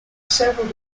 several